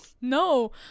no